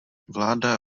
vláda